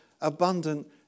abundant